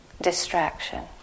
distraction